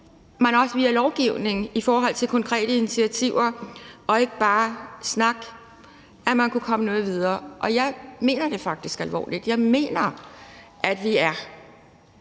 man også via lovgivning og konkrete initiativer og ikke bare snak kunne komme videre. Jeg mener det faktisk alvorligt. Jeg mener, at vi er